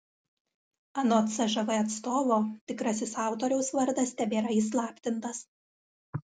anot cžv atstovo tikrasis autoriaus vardas tebėra įslaptintas